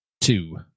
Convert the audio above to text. Two